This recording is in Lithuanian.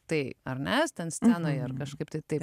tai ar ne jūs ten scenoje ar kažkaip tai taip